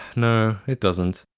no. it doesn't.